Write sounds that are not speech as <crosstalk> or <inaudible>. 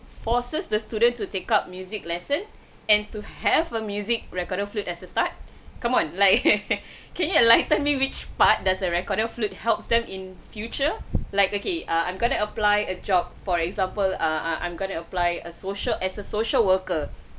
forces the students to take up music lesson and to have a music recorder flute as a start come on like <laughs> can you enlighten me which part does a recorder flute helps them in future like okay err I'm gonna apply a job for example uh I'm gonna apply a social as a social worker